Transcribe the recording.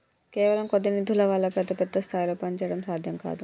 కేవలం కొద్ది నిధుల వల్ల పెద్ద పెద్ద స్థాయిల్లో పనిచేయడం సాధ్యం కాదు